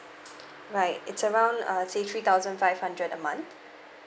right it's around uh say three thousand five hundred a month